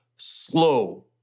slow